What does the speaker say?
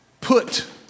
put